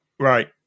Right